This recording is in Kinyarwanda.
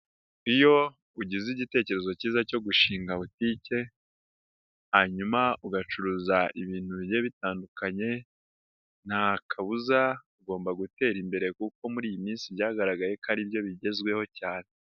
Iyo ugize igitekerezo cyiza cyo gushinga botike, hanyuma ugacuruza ibintu bigiye bitandukanye, nta kabuza ugomba gutera imbere kuko muri iyi minsi byagaragaye ko aribyo bigezweho cyane.